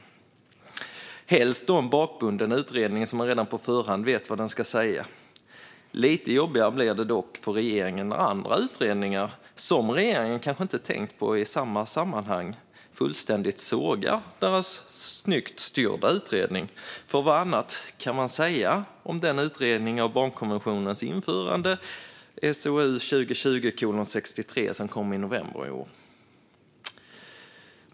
Det ska då helst vara en bakbunden utredning som man redan på förhand vet vad den ska säga. Lite jobbigare blir det dock för regeringen när andra utredningar, som regeringen kanske inte tänkt på i sammanhanget, fullständigt sågar regeringens snyggt styrda utredning. Vad annat kan man säga om SOU 2020:63, utredningen om barnkonventionens införande, som kom i november i år?